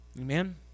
Amen